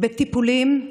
בטיפולים,